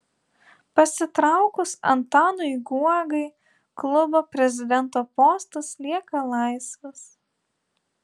pasitraukus antanui guogai klubo prezidento postas lieka laisvas